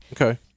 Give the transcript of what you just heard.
okay